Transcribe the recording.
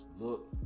look